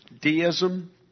deism